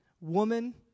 Woman